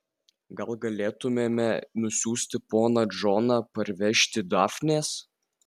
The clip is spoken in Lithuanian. gal galėtumėme nusiųsti poną džoną parvežti dafnės